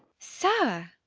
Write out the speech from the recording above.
sir!